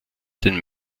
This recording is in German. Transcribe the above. den